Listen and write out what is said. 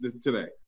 today